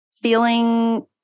feeling